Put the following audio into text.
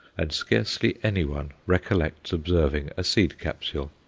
and scarcely anyone recollects observing a seed-capsule.